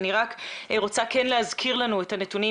אני רק רוצה להזכיר לנו את הנתונים